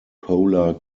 polar